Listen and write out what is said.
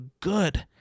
good